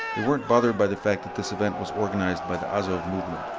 weren't bothered by the fact that this event was organized by the azov movement,